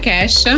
Cash